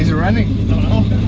running